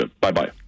Bye-bye